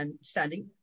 standing